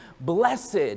Blessed